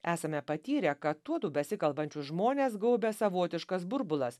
esame patyrę kad tuodu besikalbančius žmones gaubia savotiškas burbulas